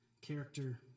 character